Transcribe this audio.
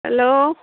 hello